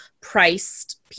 priced